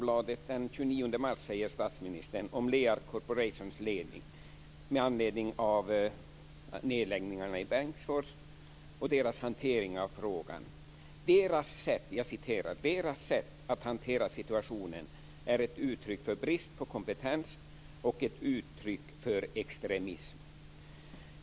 Lear Corporations lednings sätt att hantera frågan, att ledningens sätt att hantera situationen är ett uttryck för extremism och brist på kompetens.